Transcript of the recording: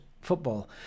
football